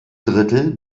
drittel